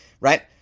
right